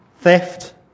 theft